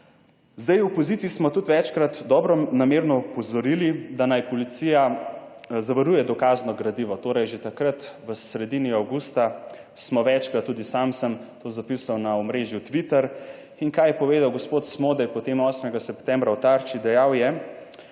Zdaj v opoziciji smo tudi večkrat dobronamerno opozorili, da naj policija zavaruje dokazno gradivo, torej že takrat v sredini avgusta smo večkrat, tudi sam sem to zapisal na omrežju Twitter. In kaj je povedal gospod Smodej potem 8. septembra v Tarči? Dejal je,